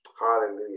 hallelujah